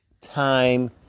time